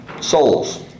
Souls